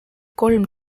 kolm